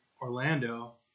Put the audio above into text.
Orlando